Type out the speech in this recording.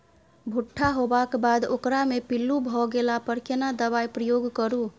भूट्टा होबाक बाद ओकरा मे पील्लू भ गेला पर केना दबाई प्रयोग करू?